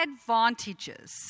advantages